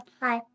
hi